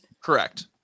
Correct